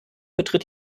betritt